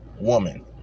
woman